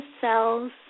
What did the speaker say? cells